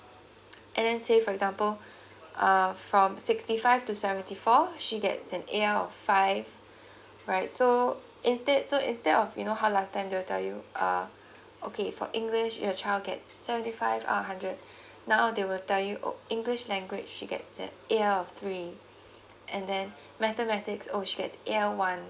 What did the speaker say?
and then say for example uh from sixty five to seventy four she gets an A_L of five right so instead so instead of you know how last time they will tell you uh okay for english your child gets seventy five uh hundred now they will tell you oh english language she gets A_L of three and then mathematics oh she got A_L one